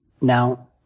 now